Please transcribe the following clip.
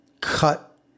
cut